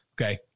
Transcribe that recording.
Okay